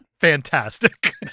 Fantastic